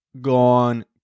gone